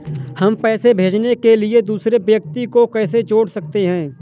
हम पैसे भेजने के लिए दूसरे व्यक्ति को कैसे जोड़ सकते हैं?